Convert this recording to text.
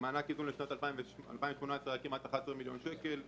גירעון מובנה של 10,15 מיליון שקל בשנה.